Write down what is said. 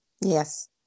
Yes